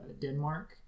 Denmark